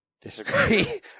disagree